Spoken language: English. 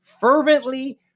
fervently